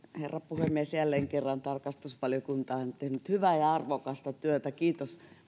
herra puhemies jälleen kerran tarkastusvaliokunta on tehnyt hyvää ja arvokasta työtä kiitos